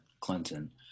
Clinton